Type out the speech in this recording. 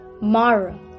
Mara